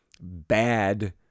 bad